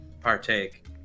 partake